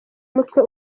umutwe